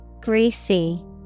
Greasy